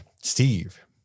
Steve